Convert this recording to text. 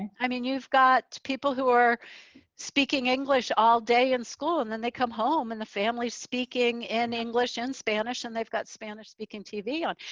i mean, you've got people who are speaking english all day in school, and then they come home and the family's speaking in english and spanish, and they've got spanish speaking tv on.